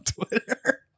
twitter